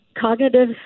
cognitive